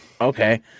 okay